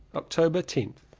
october tenth.